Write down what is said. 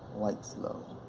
whites low.